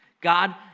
God